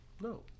no